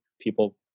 people